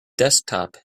desktop